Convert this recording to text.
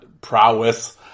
prowess